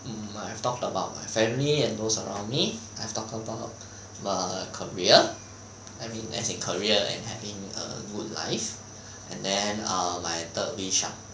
hmm I've talked about my family and those around me I've talked about about career I mean um I think career and I mean err good life and then my third wish ah